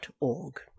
org